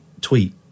tweet